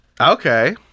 Okay